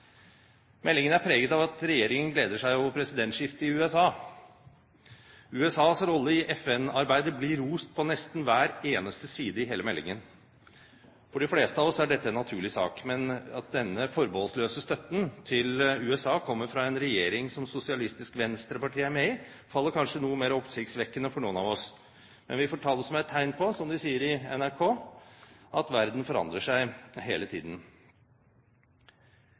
Meldingen er preget av at regjeringen gleder seg over presidentskiftet i USA. USAs rolle i FN-arbeidet blir rost på nesten hver eneste side i hele meldingen. For de fleste av oss er dette en naturlig sak. Men at denne forbeholdsløse støtten til USA kommer fra en regjering som Sosialistisk Venstreparti er med i, faller kanskje noe mer oppsiktsvekkende for noen av oss. Men vi får ta det som et tegn på, som de sier i NRK, at verden forandrer seg – hele tiden.